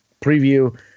preview